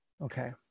Okay